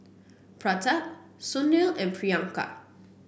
Pratap Sunil and Priyanka